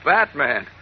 Batman